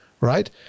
right